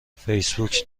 فیسبوک